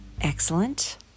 excellent